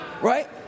Right